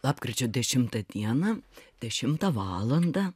lapkričio dešimtą dieną dešimtą valandą